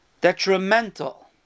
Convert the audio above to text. detrimental